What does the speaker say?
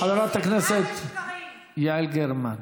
חברת הכנסת יעל גרמן,